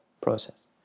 process